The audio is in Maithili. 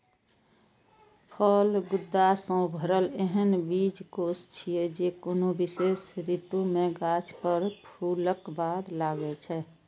फल गूदा सं भरल एहन बीजकोष छियै, जे कोनो विशेष ऋतु मे गाछ पर फूलक बाद लागै छै